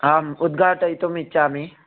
आम् उद्घाटयितुम् इच्छामि